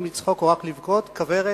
אם לצחוק או רק לבכות" "כוורת",